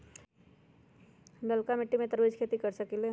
हम लालका मिट्टी पर तरबूज के खेती कर सकीले?